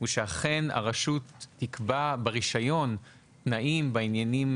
הוא שאכן הרשות תקבע ברישיון תנאים בעניינים